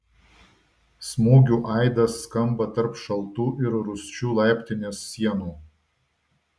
smūgių aidas skamba tarp šaltų ir rūsčių laiptinės sienų